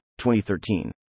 2013